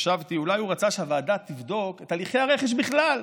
חשבתי: אולי הוא רצה שהוועדה תבדוק את הליכי הרכש בכלל,